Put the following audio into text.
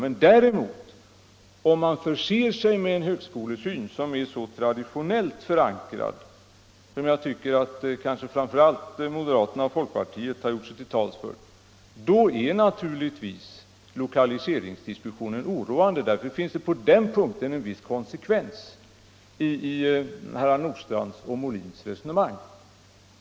Men om man förser sig med en högskolesyn så traditionellt förankrad som den som kanske framför allt moderaterna och folkpartiet har givit uttryck för, är naturligtvis lokaliseringsdiskussionen oroväckande. Därför finns det på den punkten en viss konsekvens i herrar Nordstrandhs och Molins resonemang.